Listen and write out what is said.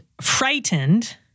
frightened